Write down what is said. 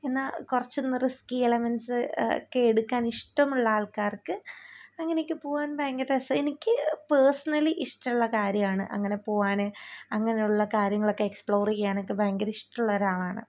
എന്നാൽ കുറച്ചൊന്ന് risky elements ഒക്കെ എടുക്കാൻ ഇഷ്ടമുള്ള ആൾക്കാർക്ക് അങ്ങനെയൊക്കെ പോകാൻ ഭയങ്കര രസമാണ് എനിക്ക് പേഴ്സണലി ഇഷ്ടമുള്ള കാര്യമാണ് അങ്ങനെ പോകാൻ അങ്ങനെയുള്ള കാര്യങ്ങളൊക്കെ എക്സ്പ്ലോർ ചെയ്യാനൊക്കെ ഭയങ്കര ഇഷ്ടമുള്ള ഒരാളാണ്